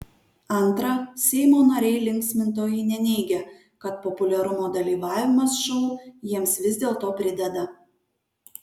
antra seimo nariai linksmintojai neneigia kad populiarumo dalyvavimas šou jiems vis dėlto prideda